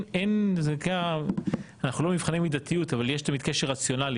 אנחנו לא במבחני מידתיות אבל יש תמיד קשר רציונלי.